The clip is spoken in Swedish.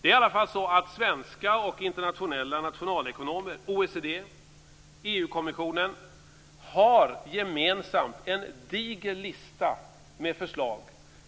Det är i alla fall så att svenska och internationella nationalekonomer, OECD och EU-kommissionen gemensamt har en diger lista med förslag